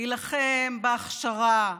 להילחם בהכשרה למשטרה,